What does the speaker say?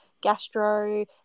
gastro